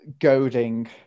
goading